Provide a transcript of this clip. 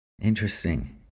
interesting